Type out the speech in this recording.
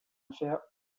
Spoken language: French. affaire